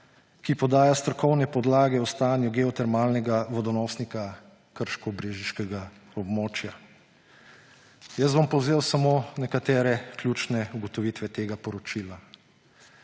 ki podaja strokovne podlage o stanju geotermalnega vodonosnika krško-brežiškega območja. Jaz bom povzel samo nekatere ključne ugotovitve tega poročila.